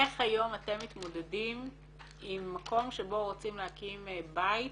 איך היום אתם מתמודדים עם מקום שבו רוצים להקים בית,